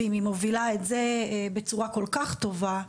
אם היא מובילה את זה בצורה כל כך טובה,